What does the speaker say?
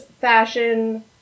fashion